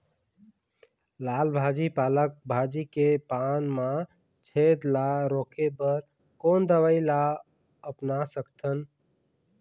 लाल भाजी पालक भाजी के पान मा छेद ला रोके बर कोन दवई ला अपना सकथन?